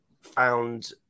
found